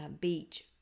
beach